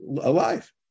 alive